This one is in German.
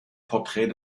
porträt